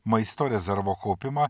maisto rezervo kaupimą